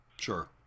Sure